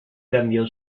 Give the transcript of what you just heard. cambió